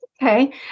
Okay